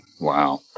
wow